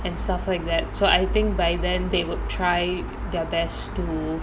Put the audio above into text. and stuff like that so I think by then they would try their best to